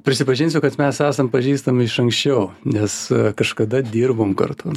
prisipažinsiu kad mes esam pažįstami iš anksčiau nes kažkada dirbom kartu